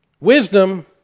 Wisdom